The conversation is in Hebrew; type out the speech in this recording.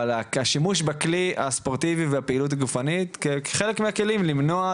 אבל השימוש בכלי הספורטיבי והפעילות הגופנית כחלק מהכלים למנוע,